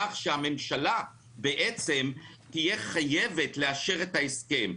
כך שהממשלה תהיה חייבת לאשר את ההסכם.